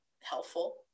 helpful